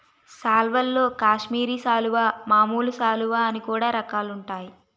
సాల్వల్లో కాశ్మీరి సాలువా, మామూలు సాలువ అని కూడా రకాలుంటాయి